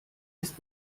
ist